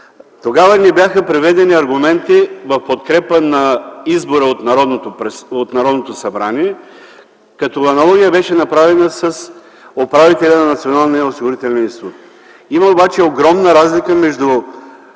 Тогава ни бяха приведени аргументи в подкрепа на избора на Народното събрание, като беше направена аналогия с управителя на Националния осигурителен институт. Има обаче огромна разлика между